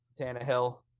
Tannehill